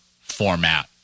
format